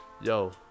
yo